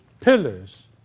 Pillars